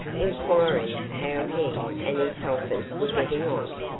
inquiring how he and his helpers were getting on.